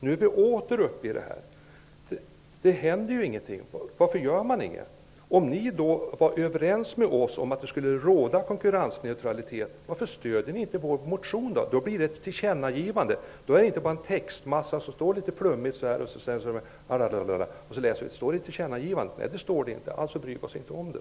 Nu är vi åter inne i denna diskussion. Det händer ju ingenting. Varför gör man inget? Om ni är överens med oss om att det skall råda konkurrensneutralitet, varför stöder ni inte vår motion? Då skulle det kunna göras ett tillkännagivande. Då behöver det inte bli fråga om någon flummig textmassa där det inte finns något tillkännagivande -- och därför bryr sig inte någon om innehållet.